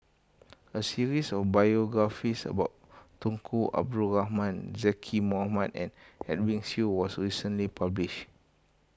a series of biographies about Tunku Abdul Rahman Zaqy Mohamad and Edwin Siew was recently published